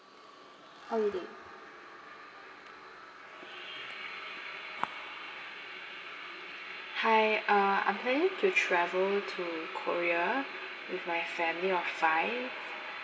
holiday hi uh I'm planning to travel to korea with my family of five